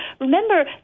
remember